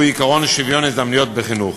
והוא עקרון שוויון ההזדמנויות בחינוך.